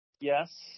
yes